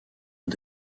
ont